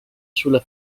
sulla